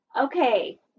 Okay